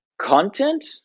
content